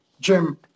Jim